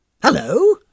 Hello